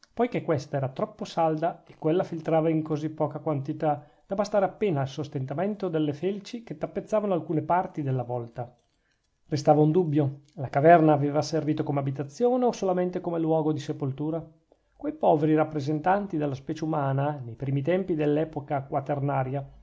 poichè questa era troppo salda e quella filtrava in così poca quantità da bastare appena al sostentamento delle felci che tappezzavano alcune parti della vlta restava un dubbio la caverna aveva servito come abitazione o solamente come luogo di sepoltura quei poveri rappresentanti della specie umana nei primi tempi dell'epoca quaternaria